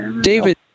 David